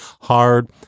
hard